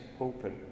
open